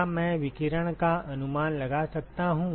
क्या मैं विकिरण का अनुमान लगा सकता हूँ